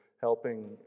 helping